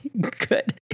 Good